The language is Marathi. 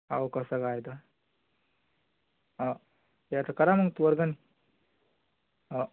हो कसं काय आहे तर हा याचं करा मग तुवर धन हा